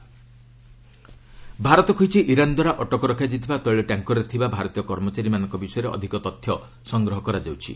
India Iran Bharat କହିଛି Iran ଦ୍ୱାରା ଅଟକ ରଖାଯାଇଥିବା ତୈଳ ଟ୍ୟାଙ୍କରରେ ଥିବା ଭାରତୀୟ କର୍ମଚାରୀଙ୍କ ବିଷୟରେ ଅଧିକ ତଥ୍ୟ ସଂଗ୍ରହ କରାଯାଉଛି